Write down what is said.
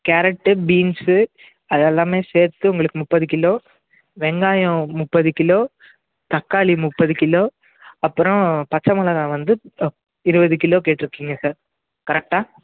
carrot beans அது எல்லாமே சேர்த்து உங்களுக்கு முப்பது கிலோ வெங்காயம் முப்பது கிலோ தக்காளி முப்பது கிலோ அப்புறம் பச்சை மிளகா வந்து இருபது கிலோ கேட்டுருக்கீங்க சார் கரெக்டாக